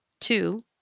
Two